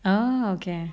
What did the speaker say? oh okay